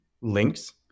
links